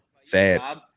Sad